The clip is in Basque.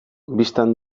bistan